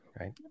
right